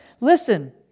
listen